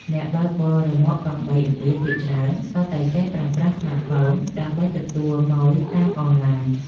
អ្នកបើកបររ៉ឺម៉កកង់បីឥណ្ឌាភាគច្រើន សុទ្ធតែចេះប្រើប្រាស់ស្មាតហ្វូនដើម្បីទទួលម៉ូយតាមអនឡាញ។